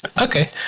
Okay